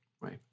right